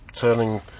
turning